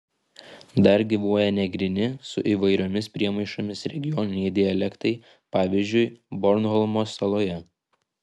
dar gyvuoja negryni su įvairiomis priemaišomis regioniniai dialektai pavyzdžiui bornholmo saloje